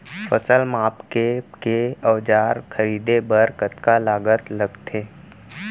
फसल मापके के औज़ार खरीदे बर कतका लागत लगथे?